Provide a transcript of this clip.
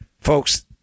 Folks